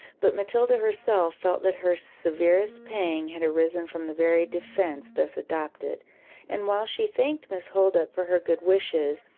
but matilda herself felt that her severest pang had arisen from the very defence thus adopted and while she thanked miss holdup for her good wishes,